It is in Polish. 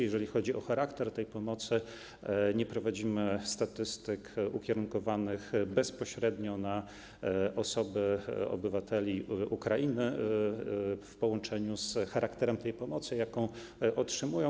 Jeżeli chodzi o charakter tej pomocy, nie prowadzimy statystyk ukierunkowanych bezpośrednio na obywateli Ukrainy w połączeniu z charakterem pomocy, jaką otrzymują.